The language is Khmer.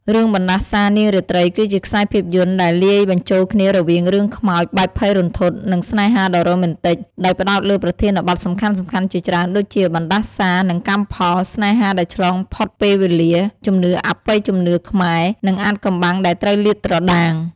រឿងបណ្ដាសានាងរាត្រីគឺជាខ្សែភាពយន្តដែលលាយបញ្ចូលគ្នារវាងរឿងខ្មោចបែបភ័យរន្ធត់ និងស្នេហាដ៏រ៉ូមែនទិក ដោយផ្តោតលើប្រធានបទសំខាន់ៗជាច្រើនដូចជា បណ្ដាសា និងកម្មផល ស្នេហាដែលឆ្លងផុតពេលវេលា ជំនឿអបិយជំនឿខ្មែរ នឹងអាថ៌កំបាំងដែលត្រូវលាតត្រដាង ។